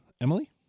Emily